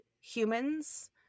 humans